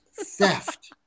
theft